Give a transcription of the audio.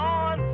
on